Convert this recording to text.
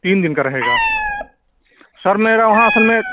تین دِن کا رہے گا سر میرے وہاں اصل میں